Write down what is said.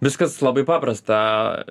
viskas labai paprasta